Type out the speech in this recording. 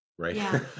Right